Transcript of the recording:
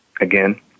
Again